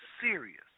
serious